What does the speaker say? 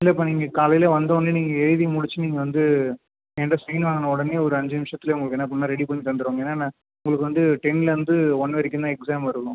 இல்லைப்பா நீங்கள் காலையில் வந்தோன்னே நீங்கள் எழுதி முடிச்சு நீங்கள் வந்து ஏங்கிட்ட சைன் வாங்குன உடனே ஒரு அஞ்சு நிமிஷத்துல உங்களுக்கு என்ன பண்ணுவேன்னா ரெடி பண்ணி தந்துவிடுவேன் ஏன்னா நான் உங்களுக்கு வந்து டென்லேந்து ஒன் வரைக்கும் தான் எக்ஸாம் இருக்கும்